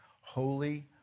Holy